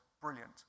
brilliant